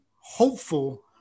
hopeful